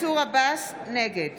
עבאס, נגד